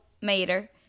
Mater